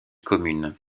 commune